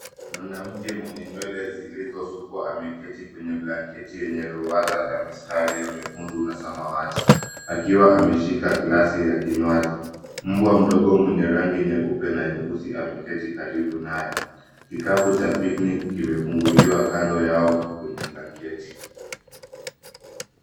Mwanamke mwenye nywele zilizosukwa ameketi kwenye blanketi yenye ruwaza ya mistari ya nyekundu na samawati akiwa ameshika glasi ya kinywaji. Mbwa mdogo mwenye rangi nyeupe na nyeusi ameketi karibu naye. kikabu cha picnic kimefunguliwa kando yao kwenye blanketi.